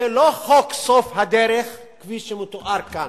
זה לא חוק סוף הדרך כפי שתואר כאן.